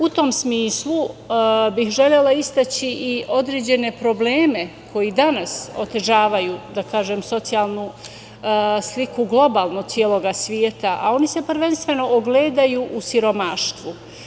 U tom smislu, bih želela istaći i određene probleme koji danas otežavaju, da kažem, socijalnu sliku globalno celog sveta, a oni se prvenstveno ogledaju u siromaštvu.